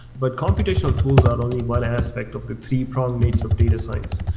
but computational tools are only one aspect of the three-pronged nature of data science.